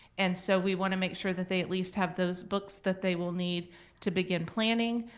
and so we want to make sure that they at least have those books that they will need to begin planning